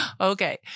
Okay